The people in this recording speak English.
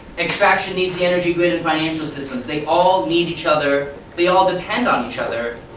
extraction needs the energy grid and financial systems. they all need each other, they all depend on each other.